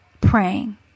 praying